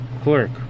clerk